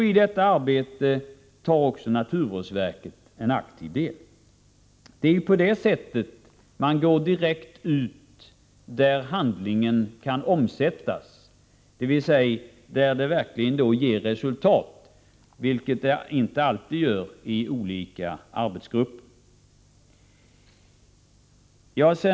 I detta arbete tar också naturvårdsverket en aktiv del. Det är på det sättet man går direkt ut där handlingen kan omsättas, dvs. där det verkligen ger resultat, vilket det inte alltid gör i olika arbetsgrupper.